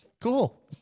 Cool